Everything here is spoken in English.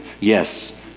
yes